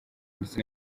ndetse